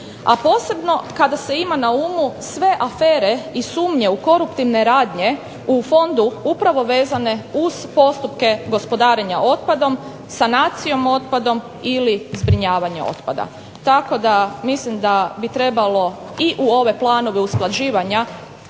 a posebno kada se ima na umu sve afere i sumnje u koruptivne radnje u fondu upravo vezane uz postupke gospodarenja otpadom, sanacijom otpada ili zbrinjavanje otpada. Tako da mislim da bi trebalo i u ove planove usklađivanja